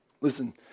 Listen